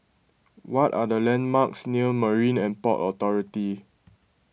what are the landmarks near Marine and Port Authority